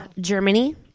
Germany